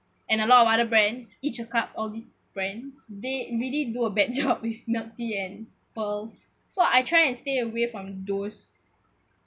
and a lot of other brands each a cup all these brands they really do a bad job with milk tea and pearls so I try and stay away from those